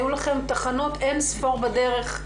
היו לכם אין ספור תחנות בדרך,